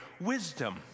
wisdom